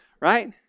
right